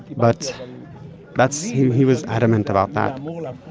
but that's he was adamant about that